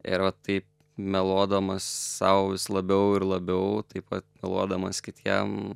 ir va taip meluodamas sau vis labiau ir labiau taip pat meluodamas kitiem